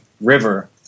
River